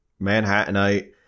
Manhattanite